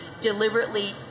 deliberately